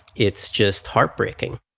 it's just heartbreaking